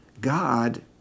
God